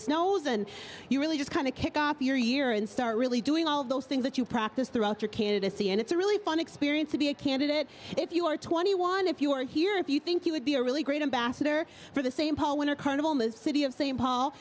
snows and you really just kind of kick off your year and start really doing all those things that you practice throughout your candidacy and it's a really fun experience to be a candidate if you are twenty one if you are here if you think you would be a really great ambassador for the same paul winter carnival ms city of st paul